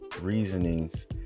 reasonings